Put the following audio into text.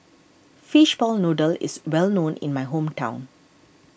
Fishball Noodle is well known in my hometown